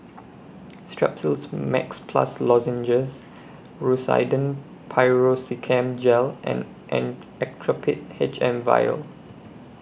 Strepsils Max Plus Lozenges Rosiden Piroxicam Gel and Actrapid H M Vial